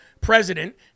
president